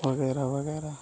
वग़ैरह वग़ैरह